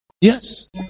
Yes